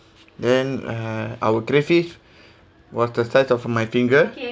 then uh our crayfish was the size of my finger